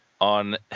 on